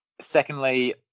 Secondly